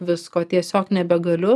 visko tiesiog nebegaliu